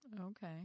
Okay